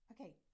Okay